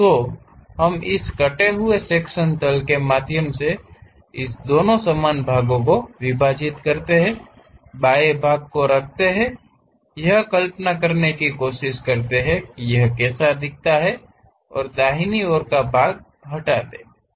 तो हम इस कटे हुए सेक्शनल तल के माध्यम से इसे दो समान भागों में विभाजित करते हैं बाएं भाग को रखते हैं यह कल्पना करने की कोशिश करते हैं कि यह कैसा दिखता है और दाहिनी ओर का भाग हटा दें